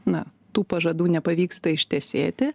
na tų pažadų nepavyksta ištesėti